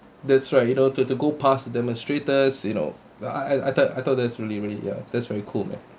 that's right you know to to go past demonstrators you know I I thought I thought that's really really ya that's very cool man